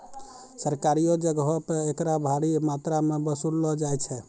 सरकारियो जगहो पे एकरा भारी मात्रामे वसूललो जाय छै